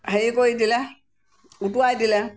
হেৰি কৰি দিলে উটুৱাই দিলে